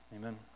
Amen